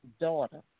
daughter